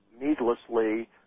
needlessly